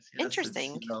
interesting